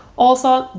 also,